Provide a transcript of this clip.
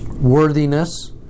worthiness